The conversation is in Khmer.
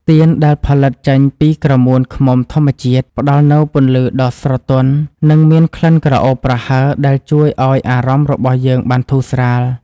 ទៀនដែលផលិតចេញពីក្រមួនឃ្មុំធម្មជាតិ ផ្ដល់នូវពន្លឺដ៏ស្រទន់ និង មានក្លិនក្រអូបប្រហើរដែលជួយឱ្យអារម្មណ៍របស់យើងបានធូរស្រាល។